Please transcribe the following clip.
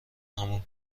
همون